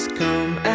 come